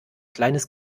kleines